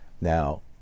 Now